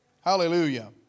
Hallelujah